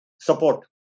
support